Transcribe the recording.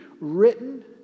written